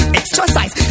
exercise